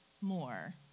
more